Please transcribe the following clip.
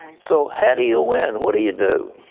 so how do you win? what do you do?